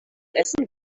essen